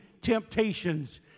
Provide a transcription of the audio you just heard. temptations